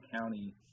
County